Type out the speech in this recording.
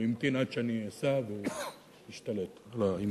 הוא המתין עד שאני אסע, והוא השתלט על העניינים.